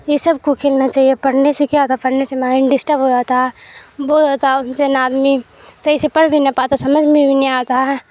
یہ سب کو کھیلنا چاہیے پڑھنے سے کیا ہوتا پڑھنے سے مائنڈ ڈسٹرب ہو جاتا ہے بور ہو جاتا ہے ان سے آدمی صحیح سے پڑھ بھی نہیں پاتا سمجھ میں بھی نہیں آتا ہے